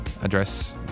address